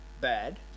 Bad